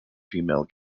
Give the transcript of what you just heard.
female